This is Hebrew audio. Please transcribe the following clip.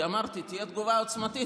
כי אמרתי: תהיה תגובה עוצמתית,